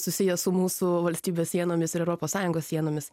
susiję su mūsų valstybės sienomis ir europos sąjungos sienomis